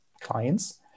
clients